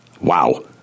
Wow